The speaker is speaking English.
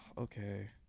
Okay